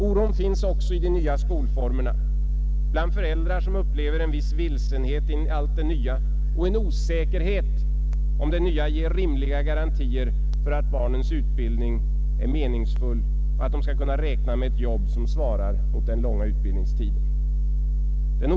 Oron finns också i de nya skolformerna. Den finns bland föräldrar som upplever en viss vilsenhet i allt det nya. De är osäkra om det nya ger rimliga garantier för att barnens utbildning är meningsfull och om eleverna kan räkna med jobb som svarar mot den långa utbildningstiden.